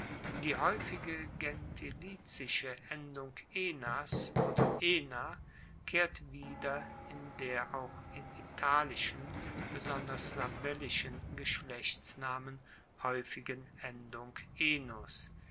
die haeufige gentilizische endung enas oder e kehrt wieder in der auch in italischen besonders sabellischen geschlechtsnamen haeufigen endung